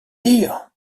dire